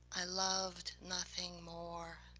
i loved nothing more,